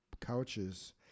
couches